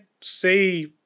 say